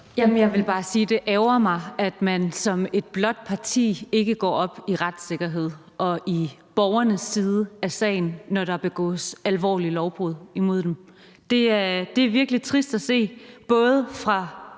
(LA): Jeg vil bare sige, at det ærgrer mig, at man som et blåt parti ikke går op i retssikkerhed og i borgernes side af sagen, når der begås alvorlige lovbrud imod dem. Det er virkelig trist at se, både hos